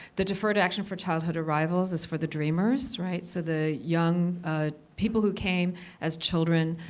the deferred action for childhood arrivals is for the dreamers, right? so the young people who came as children,